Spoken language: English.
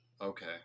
Okay